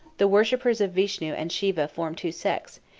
the worshippers of vishnu and siva form two sects,